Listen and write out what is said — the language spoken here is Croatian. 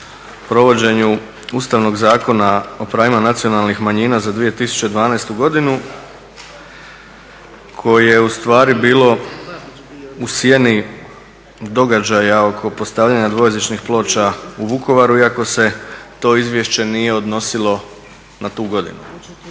provođenju Ustavnog zakona o pravima nacionalnih manjina za 2012. godinu koje je ustvari bilo u sjeni događaja oko postavljanja dvojezičnih ploča u Vukovaru iako se to izvješće nije odnosilo na tu godinu.